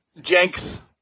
Jenks